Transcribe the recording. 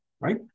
right